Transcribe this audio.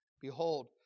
Behold